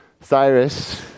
Cyrus